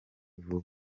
vuba